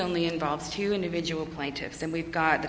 only involves two individual plaintiffs and we've got the